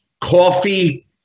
coffee